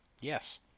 Yes